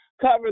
cover